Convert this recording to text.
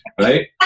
right